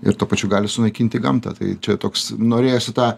ir tuo pačiu gali sunaikinti gamtą tai čia toks norėjosi tą